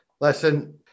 Listen